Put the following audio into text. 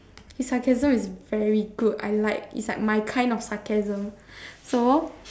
his sarcasm is very good I like is like my kind of sarcasm so